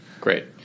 great